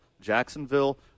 Jacksonville